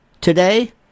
today